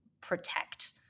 protect